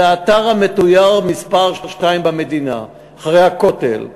זה האתר המתויר מספר שתיים במדינה, אחרי הכותל,